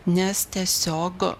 nes tiesiog